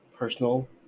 personal